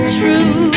true